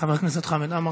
חבר הכנסת חמד עמאר.